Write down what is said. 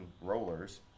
Rollers